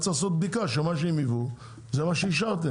צריך לעשות בדיקה שמה שהם יבאו זה מה שאישרתם,